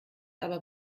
aber